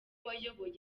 wayoboye